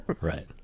right